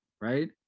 right